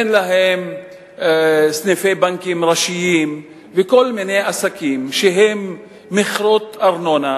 אין להן סניפי בנקים ראשיים וכל מיני עסקים שהם מכרות ארנונה